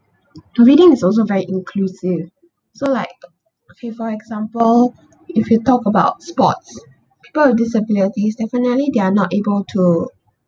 to reading is also very inclusive so like say for example if you talk about sports part of these are penalties definitely they are not able to